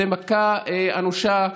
הוא מכה אנושה,